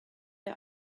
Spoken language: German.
der